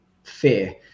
Fear